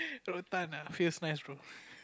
ah feels nice bro